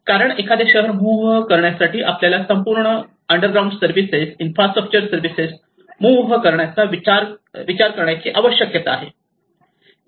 कारण एखादे शहर मूव्ह करण्यासाठी आपल्याला संपूर्ण underground services infrastructure services move करण्याचा विचार करण्याची आवश्यकता आहे